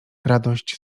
radość